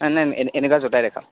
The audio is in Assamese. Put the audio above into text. নাই নাই এনেকুৱা জোতাই দেখুৱাওক